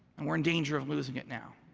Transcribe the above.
and we're in danger of losing it now.